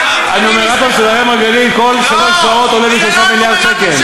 הנומרטור של אראל מרגלית כל שלוש שעות עולה ב-3 מיליארד שקל.